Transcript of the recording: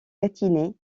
gâtinais